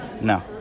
no